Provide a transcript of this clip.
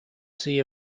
see